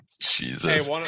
Jesus